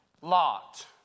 Lot